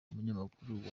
umunyamakuru